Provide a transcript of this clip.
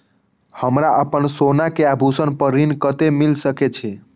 हमरा अपन सोना के आभूषण पर ऋण कते मिल सके छे?